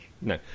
No